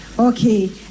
Okay